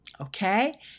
okay